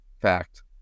fact